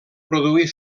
produir